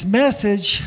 message